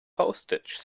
postage